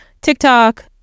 TikTok